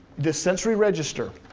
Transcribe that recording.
the sensory register,